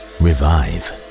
revive